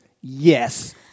Yes